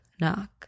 knock